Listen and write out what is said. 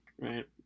Right